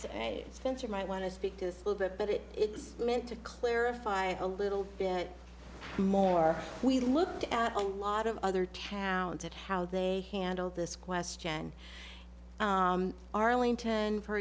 fencer might want to speak to this little bit but it it's meant to clarify a little bit more we looked at a lot of other towns and how they handled this question arlington for